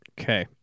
Okay